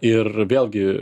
ir vėlgi